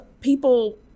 people